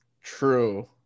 True